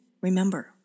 remember